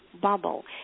bubble